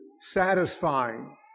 satisfying